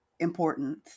importance